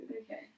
Okay